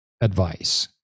advice